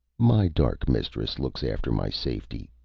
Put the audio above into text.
my dark mistress looks after my safety,